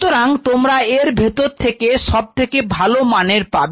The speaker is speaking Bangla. সুতরাং তোমরা এর ভেতর থেকে সব থেকে ভালো মানের পাবে